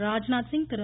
Rajnath Singh Thiru